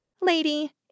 Lady